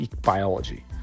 biology